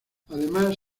además